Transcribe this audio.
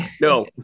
No